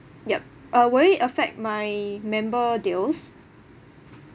yup uh will it affect my member deals